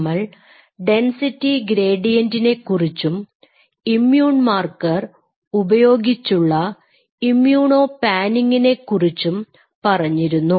നമ്മൾ ഡെൻസിറ്റി ഗ്രേഡിയന്റ്നെക്കുറിച്ചും immune marker ഉപയോഗിച്ചുള്ള ഇമ്മ്യൂണോ പാനിങ്ങിനെ കുറിച്ചും പറഞ്ഞിരുന്നു